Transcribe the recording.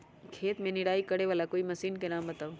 खेत मे निराई करे वाला कोई मशीन के नाम बताऊ?